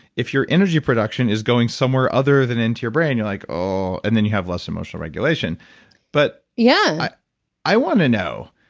if your energy production is going somewhere other than into your brain, you're like oh, and then you have less emotional regulation but yeah i want to know,